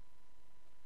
איפה התקציב, אדוני